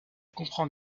comprend